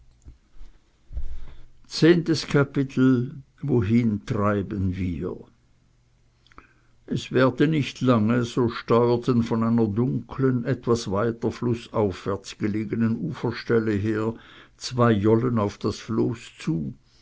zu wollen wohin treiben wir es währte nicht lange so steuerten von einer dunklen etwas weiter flußaufwärts gelegenen uferstelle her zwei jollen auf das floß zu